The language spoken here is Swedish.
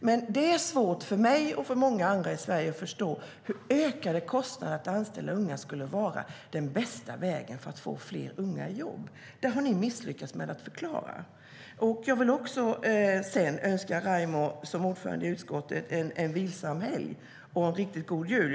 Men det är svårt för mig och många andra i Sverige att förstå hur ökade kostnader för att anställa unga skulle vara den bästa vägen för att få fler unga i jobb. Det har ni misslyckats med att förklara. Jag önskar Raimo, ordföranden i utskottet, en vilsam helg och en riktigt god jul.